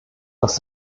dass